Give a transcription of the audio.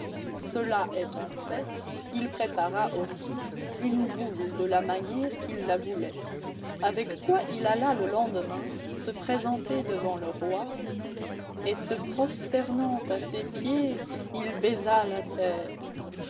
cela étant fait il prépara aussi une boule de la manière qu'il la voulait avec quoi il alla le lendemain se présenter devant le roi et se prosternant à ses pieds il baisa la terre